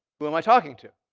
who am i talking to?